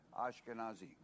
Ashkenazi